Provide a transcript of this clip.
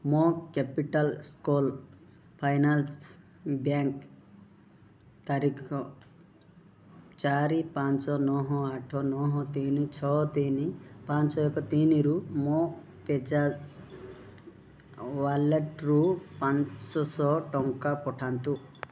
ମୋ capital school finance bank ତାରିଖ ଚାରି ପାଞ୍ଚ ନଅ ଆଠ ନଅ ତିନି ଛଅ ତିନି ପାଞ୍ଚ ଏକ ତିନିରୁ ମୋ ପେଜାପ୍ ୱାଲେଟ୍ରୁ ପାଞ୍ଚଶ ଟଙ୍କା ପଠାନ୍ତୁ